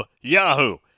Yahoo